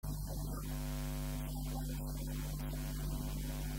"יראה ללבב" - זה פער שאנחנו נעסוק בו ונלמד אותו...